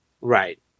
right